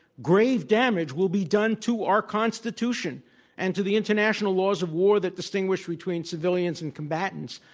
grave damage will be done to our constitution and to the international laws of war that distinguish between civilians and combatants,